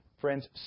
Friends